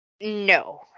no